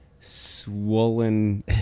swollen